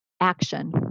action